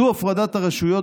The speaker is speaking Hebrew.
זו הפרדת הרשויות,